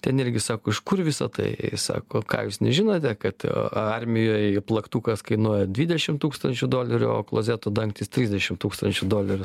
ten irgi sako iš kur visa tai sako ką jūs nežinote kad armijoj plaktukas kainuoja dvidešim tūkstančių dolerių o klozeto dangtis trisdešim tūkstančių dolerių